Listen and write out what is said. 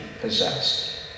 possessed